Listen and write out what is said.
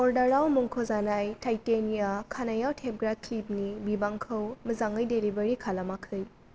अर्डाराव मुंख'जानाय टाइटेनिया खानायाव थेबग्रा ख्लिपनि बिबांखौ मोजाङै डेलिबारि खालामाखै